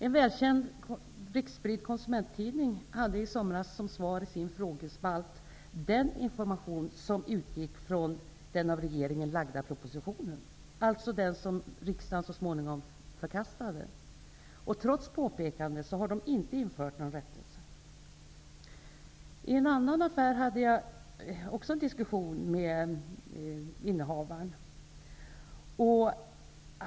En välkänd konsumenttidning som är spridd i hela landet hade i somras som svar i sin frågespalt den information som utgick från den av regeringen framlagda propositionen, alltså den som riksdagen så småningom förkastade. Trots påpekanden har tidningen inte infört någon rättelse. I en annan affär hade jag också en diskussion med innehavaren.